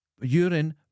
Urine